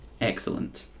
excellent